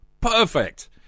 perfect